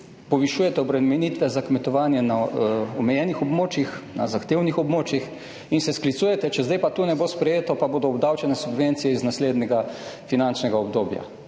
povišujete obremenitve za kmetovanje na omejenih območjih, na zahtevnih območjih in se sklicujete, če zdaj pa to ne bo sprejeto, pa bodo obdavčene subvencije iz naslednjega finančnega obdobja.